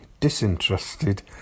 disinterested